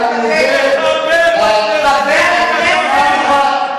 חבר הכנסת בן-ארי.